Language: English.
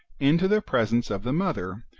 into the presence of the mother,